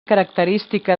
característica